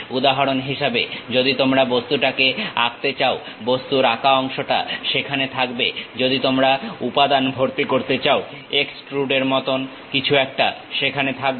উদাহরণ হিসেবেযদি তোমরা বস্তুটাকে আঁকতে চাও বস্তুর আঁকা অংশটা সেখানে থাকবে যদি তোমরা উপাদান ভর্তি করতে চাও এক্সট্রুড এর মতন কিছু একটা সেখানে থাকবে